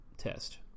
test